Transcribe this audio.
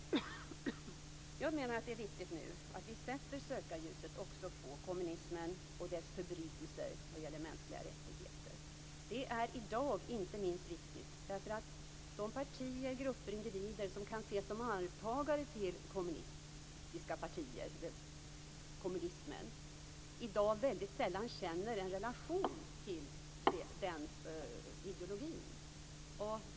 Jag menar att det är viktigt att vi nu också sätter sökarljuset på kommunismen och dess förbrytelser vad gäller mänskliga rättigheter. Det är inte minst viktigt eftersom de partier, grupper och individer som kan ses som arvtagare till kommunistiska partier, till kommunismen, i dag väldigt sällan känner en relation till den ideologin.